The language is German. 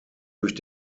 durch